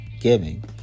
giving